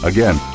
Again